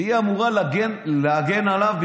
היא אמורה להגן עליו,